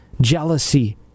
jealousy